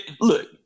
look